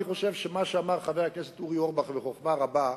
אני חושב שמה שאמר חבר הכנסת אורי אורבך בחוכמה רבה,